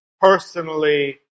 personally